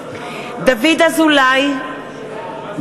(קוראת בשמות חברי הכנסת) דוד אזולאי, בעד